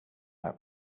här